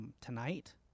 tonight